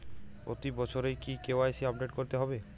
প্রতি বছরই কি কে.ওয়াই.সি আপডেট করতে হবে?